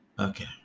Okay